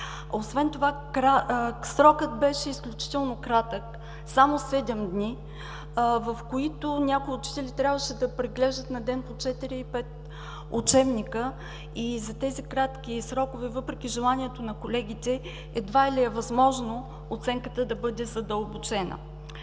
Освен това срокът беше изключително кратък – само седем дни, в които някои учители трябваше да преглеждат на ден по четири-пет учебника и за тези кратки срокове, въпреки желанието на колегите, едва ли е възможно оценката да бъде задълбочена.